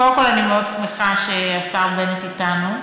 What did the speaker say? קודם כול, אני מאוד שמחה שהשר בנט איתנו.